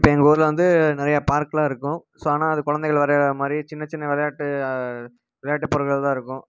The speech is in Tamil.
இப்போ எங்கள் ஊரில் வந்து நிறையா பார்க்கெலாம் இருக்கும் ஸோ ஆனால் அது குழந்தைகள் விளையாடுற மாதிரி சின்ன சின்ன விளையாட்டு விளையாட்டு பொருட்கள்தான் இருக்கும்